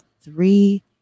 three